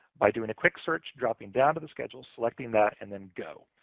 by doing a quick search, dropping down but the schedule, selecting that, and then go.